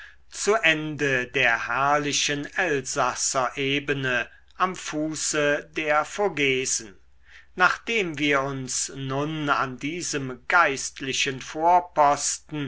zu ende der herrlichen elsasser ebene am fuße der vogesen nachdem wir uns nun an diesem geistlichen